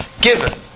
Given